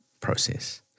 process